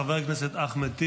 חבר הכנסת אחמד טיבי,